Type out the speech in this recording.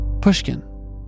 Pushkin